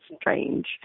strange